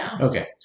Okay